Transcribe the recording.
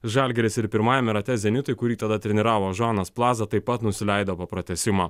žalgiris ir pirmajame rate zenitui kurį tada treniravo žanas plaza taip pat nusileido po pratęsimo